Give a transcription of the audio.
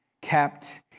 kept